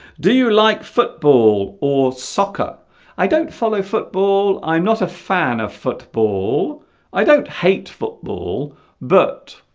do you like football or soccer i don't follow football i'm not a fan of football i don't hate football but